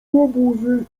łobuzy